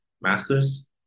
master's